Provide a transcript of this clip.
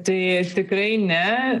tai tikrai ne